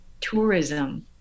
tourism